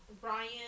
Brian